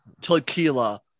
tequila